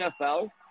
NFL